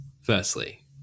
Firstly